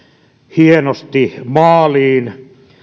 hienosti maaliin